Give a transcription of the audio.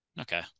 Okay